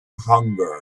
hunger